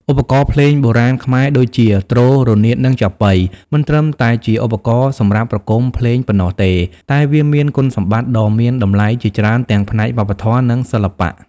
ឧបករណ៍ភ្លេងបុរាណខ្មែរដូចជា ទ្រ រនាត និង ចាប៉ី មិនត្រឹមតែជាឧបករណ៍សម្រាប់ប្រគំភ្លេងប៉ុណ្ណោះទេ តែវាមានគុណសម្បត្តិដ៏មានតម្លៃជាច្រើនទាំងផ្នែកវប្បធម៌ និងសិល្បៈ។